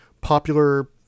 popular